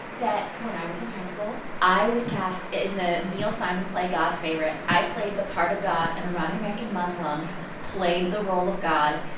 that when i was in high school, i was cast in the neil simon play god's favorite. i played the part of god. an iranian-american muslim played the role of god,